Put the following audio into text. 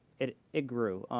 it it grew.